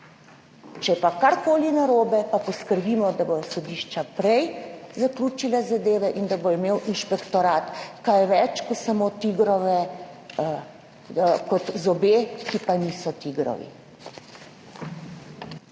je pa karkoli narobe, pa poskrbimo, da bodo sodišča prej zaključila zadeve in da bo imel inšpektorat kaj več kot samo zobe, ki pa niso tigrovi.